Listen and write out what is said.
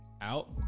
out